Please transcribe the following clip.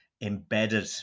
embedded